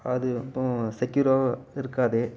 அது எப்போவும் செக்யூராகவும் இருக்காது